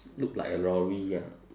look like a lorry ah